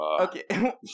Okay